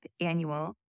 annual